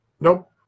nope